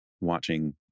watching